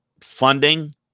funding